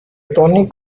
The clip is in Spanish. tony